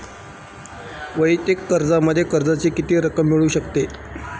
वैयक्तिक कर्जामध्ये कर्जाची किती रक्कम मिळू शकते?